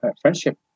Friendship